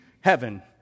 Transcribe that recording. heaven